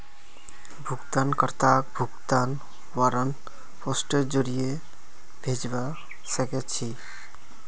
भुगतान कर्ताक भुगतान वारन्ट पोस्टेर जरीये भेजवा सके छी